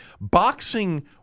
Boxing